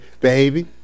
baby